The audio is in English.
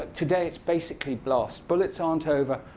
today, it's basically blasts. bullets aren't over,